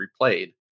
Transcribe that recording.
replayed